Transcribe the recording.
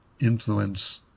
influence